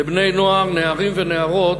לבני-נוער, נערים ונערות,